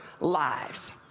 lives